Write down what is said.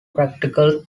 practical